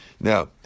Now